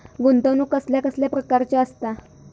गुंतवणूक कसल्या कसल्या प्रकाराची असता?